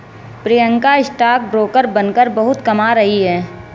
Priyanka stock broker बनकर बहुत कमा रही है